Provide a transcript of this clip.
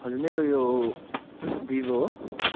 हजुर मेरो यो भिभो हो